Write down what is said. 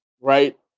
right